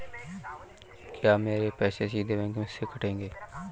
क्या मेरे पैसे सीधे बैंक से कटेंगे?